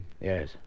Yes